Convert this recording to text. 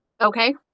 Okay